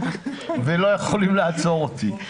ולא יכולים לעצור אותי.